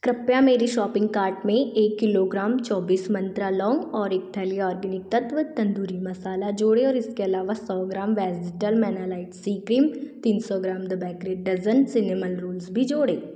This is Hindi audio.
कृपया मेरे शॉपिंग कार्ट में एक किलोग्राम चौबीस मंत्रा लौंग और एक थैली आर्गेनिक तत्त्व तंदूरी मसाला जोड़ें और इनके अलावा सौ gram vegetal melanite C cream तीन सौ gram the bakers dozen cinnamon rolls भी जोड़ें